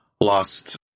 lost